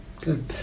Good